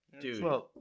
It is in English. dude